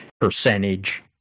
percentage